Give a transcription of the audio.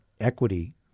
equity